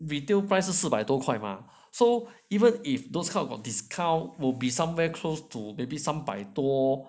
retail prices 是四百多块吗 so even if those kind got discount will be somewhere close to maybe 三百多